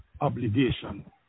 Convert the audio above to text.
obligation